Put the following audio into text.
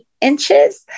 inches